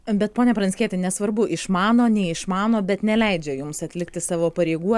bet pone pranckieti nesvarbu išmano neišmano bet neleidžia jums atlikti savo pareigų